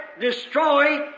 destroy